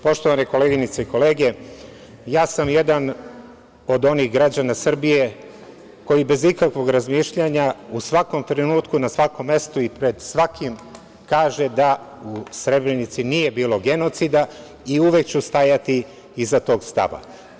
Poštovane koleginice i kolege, ja sam jedan od onih građana Srbije koji bez ikakvog razmišljanja, u svakom trenutku, na svakom mestu i pred svakim kaže da u Srebrenici nije bilo genocida i uvek ću stajati iza tog stava.